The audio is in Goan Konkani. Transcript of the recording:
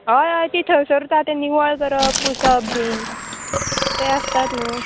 हय हय ती थंयसरूच आसा ते निवळ करप पुसप बीन ते आसतात न्हू